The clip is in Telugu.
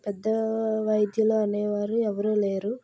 పెద్ద వైద్యులు అనేవారు ఎవరు లేరు